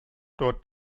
dort